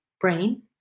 brain